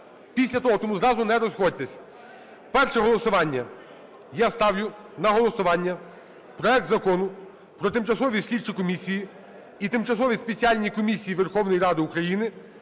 Після того, тому зразу не розходьтесь. Перше голосування. Я ставлю на голосування проект Закону про тимчасові слідчі комісії і тимчасові спеціальні комісії Верховної Ради України